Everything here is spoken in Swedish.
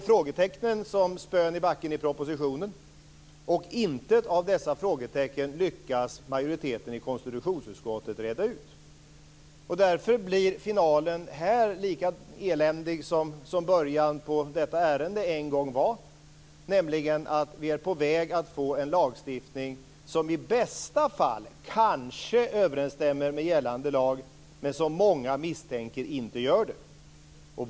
Frågetecknen står som spön i backen i fråga om propositionen men inget av dessa frågetecken lyckas majoriteten i konstitutionsutskottet reda ut. Därför blir finalen här lika eländig som början på detta ärende en gång var. Vi är alltså på väg att få en lagstiftning som i bästa fall kanske överensstämmer med gällande lag men som många misstänker inte gör det.